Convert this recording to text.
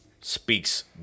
speaks